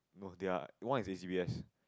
not their one is H_C_B_S